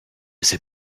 sait